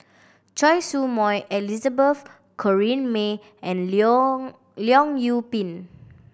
Choy Su Moi Elizabeth Corrinne May and Leong Leong Yoon Pin